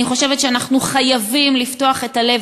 אני חושבת שאנחנו חייבים לפתוח את הלב,